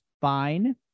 fine